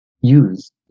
use